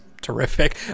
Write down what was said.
terrific